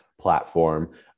platform